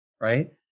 Right